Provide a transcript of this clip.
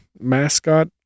mascot